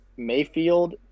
Mayfield